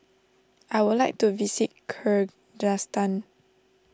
I would like to visit Kyrgyzstan